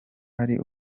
ari